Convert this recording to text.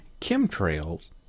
chemtrails